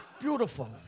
Beautiful